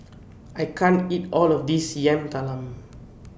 I can't eat All of This Yam Talam